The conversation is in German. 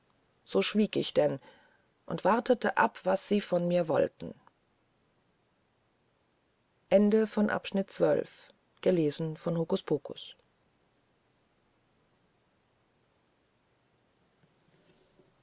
so wartete ich schweigend zu hören was sie von mir wollten